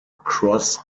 cross